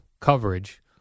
coverage